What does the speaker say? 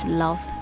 love